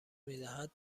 میدهد